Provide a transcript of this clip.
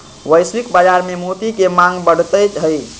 वैश्विक बाजार में मोती के मांग बढ़ते हई